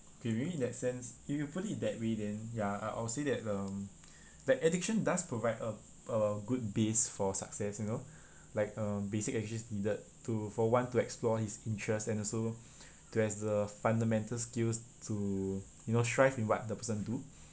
okay maybe in that sense if you put it that way then ya I would say that um that education does provide a a good base for success you know like uh basic education is needed to for one to explore his interest and also to has the fundamental skills to you know strive in what the person do